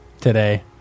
today